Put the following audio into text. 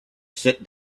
sit